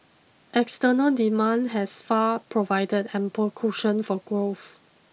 external demand has far provided ample cushion for growth